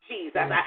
Jesus